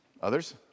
Others